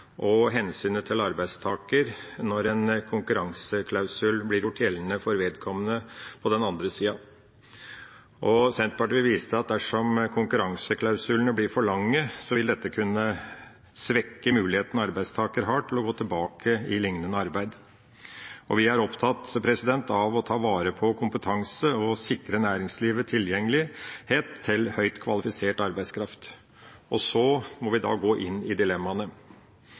og hensynet til arbeidstaker når en konkurranseklausul blir gjort gjeldende for vedkommende på den andre sida. Senterpartiet vil vise til at dersom konkurranseklausulene blir for lange, vil dette kunne svekke mulighetene arbeidstaker har til å gå tilbake i lignende arbeid. Vi er opptatt av å ta vare på kompetanse og sikre næringslivet tilgjengelighet til høyt kvalifisert arbeidskraft. Så må vi gå inn i dilemmaene: